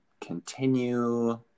continue